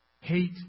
Hate